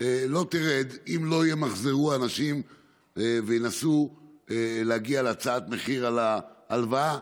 לא תרד אם אנשים לא ימחזרו וינסו להגיע להצעת מחיר טובה יותר על הלוואה.